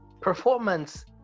performance